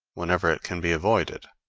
wherever it can be avoided.